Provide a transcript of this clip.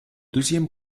deuxième